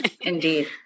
indeed